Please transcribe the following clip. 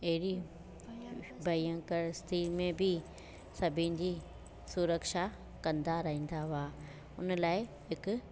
अहिड़ी भयंकर स्थिती में बि सभिनि जी सुरक्षा कंदा रहंदा हुआ उन लाइ हिकु